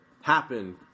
happen